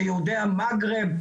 שיהודי המגרב,